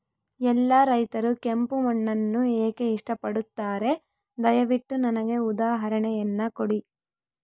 ಎಲ್ಲಾ ರೈತರು ಕೆಂಪು ಮಣ್ಣನ್ನು ಏಕೆ ಇಷ್ಟಪಡುತ್ತಾರೆ ದಯವಿಟ್ಟು ನನಗೆ ಉದಾಹರಣೆಯನ್ನ ಕೊಡಿ?